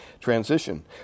transition